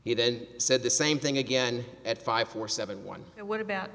he then said the same thing again at five four seven one and what about